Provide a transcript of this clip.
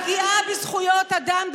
הפגיעה בזכויות אדם,